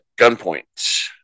gunpoint